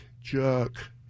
jerk